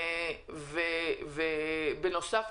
בנוסף,